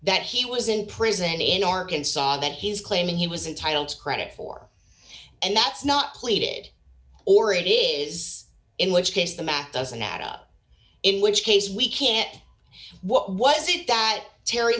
that he was in prison in arkansas that he's claiming he was entitled to credit for and that's not pleaded or it is in which case the math doesn't add up in which case we can't know what was it that terry